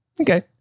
okay